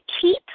keep